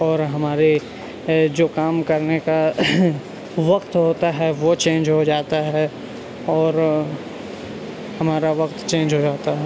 اور ہمارے جو کام کرنے کا وقت ہوتا ہے وہ چینج ہو جاتا ہے اور ہمارا وقت چینج ہو جاتا ہے